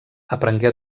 aprengué